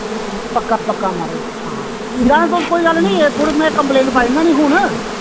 पक्का पक्का माराज हां हां जां ते तुस कोई गल्ल नी एह् थोआड़ी मैं कम्प्लेन पाई ना नी हू'न